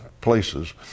places